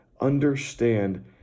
understand